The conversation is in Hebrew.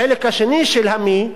החלק השני של המי הוא,